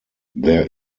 there